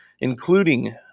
including